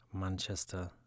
Manchester